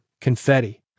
confetti